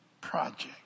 project